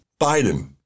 Biden